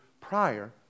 prior